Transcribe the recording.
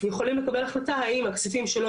יכולים לקבל החלטה האם הכספים שלו